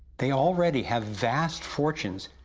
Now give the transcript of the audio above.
they already have vast fortunes.